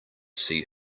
see